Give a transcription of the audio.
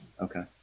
Okay